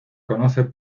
conoce